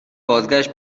بازگشت